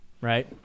right